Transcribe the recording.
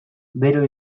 bero